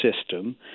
system